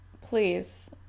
Please